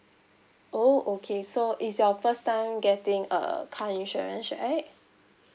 oh okay so is your first time getting a car insurance right